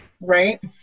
right